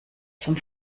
zum